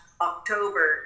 October